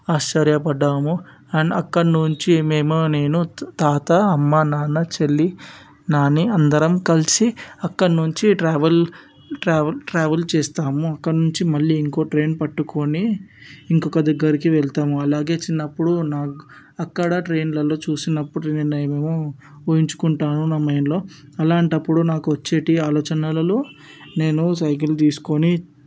ఆశ్చర్యపడ్డాము and అక్కడి నుంచి మేము నేను తాత అమ్మ నాన్న చెల్లి నాని అందరం కలిసి అక్కడ నుంచి ట్రావెల్ ట్రావెల్ ట్రావెల్ చేస్తాము అక్కడి నుంచి మళ్ళీ ఇంకో ట్రైన్ పట్టుకొని ఇంకొక దగ్గరికి వెళతాము అలాగే చిన్నప్పుడు నాకు అక్కడ ట్రైన్లలో చూసినప్పుడు నేను ఏమేమో ఊహించుకుంటాను నా మైండ్లో అలాంటప్పుడు నాకు వచ్చేటి ఆలోచనలల్లో నేను సైకిల్ తీసుకొని